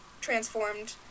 transformed